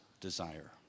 desire